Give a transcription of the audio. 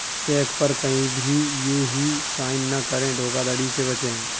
check पर कहीं भी यू हीं साइन न करें धोखाधड़ी से बचे